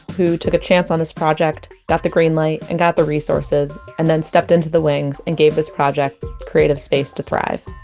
who took a chance on this project, got the greenlight and the resources, and then stepped into the wings and gave this project creative space to thrive